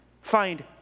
Find